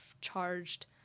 charged